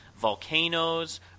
volcanoes